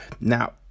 Now